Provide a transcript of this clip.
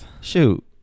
Shoot